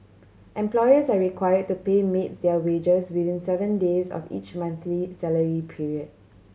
employers are require to pay maids their wages within seven days of each monthly salary period